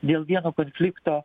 dėl vieno konflikto